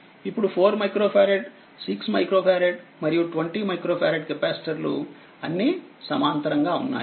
ఇప్పుడు4 microfarad 6 micro ఫారెడ్మరియు20 micro ఫారెడ్కెపాసిటర్లు అన్ని సమాంతరంగా ఉన్నాయి